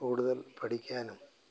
കൂടുതൽ പഠിക്കാനും